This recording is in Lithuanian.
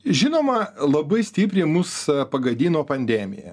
žinoma labai stipriai mus pagadino pandemija